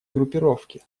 группировки